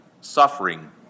suffering